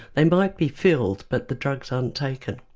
they might be filled but the drugs aren't taken,